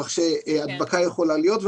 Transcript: כך שהדבקה יכולה להיות.